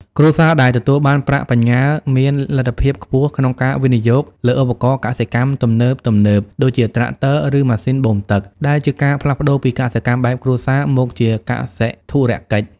គ្រួសារដែលទទួលបានប្រាក់បញ្ញើមានលទ្ធភាពខ្ពស់ក្នុងការវិនិយោគលើឧបករណ៍កសិកម្មទំនើបៗ ដូចជាត្រាក់ទ័រ ឬម៉ាស៊ីនបូមទឹក ដែលជាការផ្លាស់ប្តូរពីកសិកម្មបែបគ្រួសារមកជាកសិធុរកិច្ច។